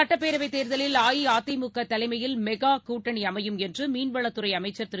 சட்டப்பேரவை தேர்தலில் அஇஅதிமுக தலைமையில் மெகா கூட்டணி அமையும் என்று மீன்வளத்துறை அமைச்சர் திரு